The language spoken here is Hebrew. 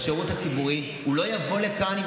בשירות הציבורי הוא לא יבוא לכאן אם